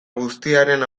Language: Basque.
guztiaren